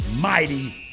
mighty